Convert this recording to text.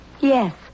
Yes